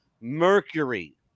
Mercury